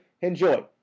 Enjoy